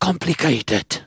complicated